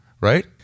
right